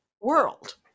world